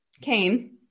came